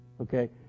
okay